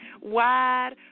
Wide